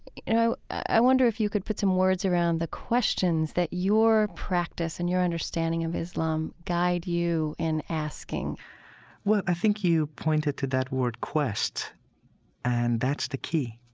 you know, i wonder if you could put some words around the questions that your practice and your understanding of islam guide you in asking well, i think you pointed to that word quest and that's the key.